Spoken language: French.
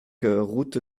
route